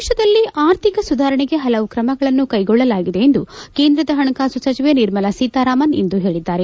ದೇಶದಲ್ಲಿ ಆರ್ಥಿಕ ಸುಧಾರಣೆಗೆ ಹಲವು ಕ್ರಮಗಳನ್ನು ಕೈಗೊಳ್ಳಲಾಗಿದೆ ಎಂದು ಕೇಂದ್ರದ ಹಣಕಾಸು ಸಚಿವೆ ನಿರ್ಮಲಾ ಸೀತಾರಾಮನ್ ಇಂದು ಹೇಳಿದ್ದಾರೆ